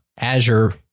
Azure